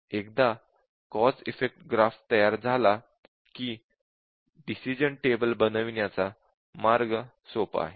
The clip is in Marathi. एकदा कॉझ इफेक्ट ग्राफ तयार झाला की डिसिश़न टेबल बनविण्याचा मार्ग सोपा आहे